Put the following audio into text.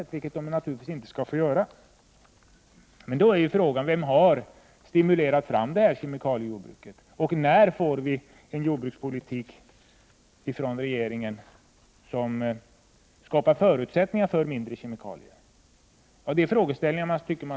All förekomst av pesticidrester i dricksvattnet är nämligen oacceptabel.